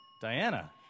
Diana